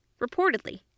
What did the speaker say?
Reportedly